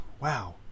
Wow